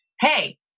hey